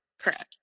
Correct